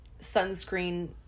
sunscreen